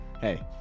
hey